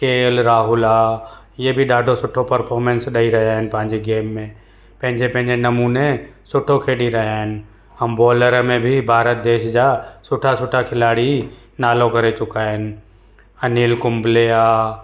के ऐल राहुल आहे इहे बि ॾाढो सुठो परफॉर्मेंस ॾेई रहिया आहिनि पंहिंजे गेम में पंहिंजे पंहिंजे नमूने सुठो खेॾी रहिया आहिनि हम बॉलर में बि भारत देश जा सुठा सुठा खिलाड़ी नालो करे चुका आहिनि अनिल कुंबले आहे